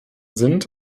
sind